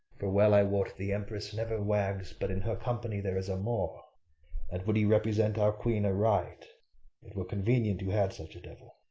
for well i wot the empress never wags but in her company there is a moor and, would you represent our queen aright, it were convenient you had such a devil.